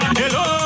hello